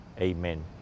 Amen